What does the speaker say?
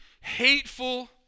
hateful